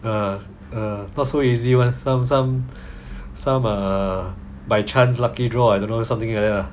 err err not so easy [one] some some some err by chance lucky draw I don't know something like that lah